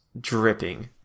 Dripping